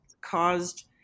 caused